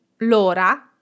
l'ora